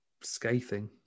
scathing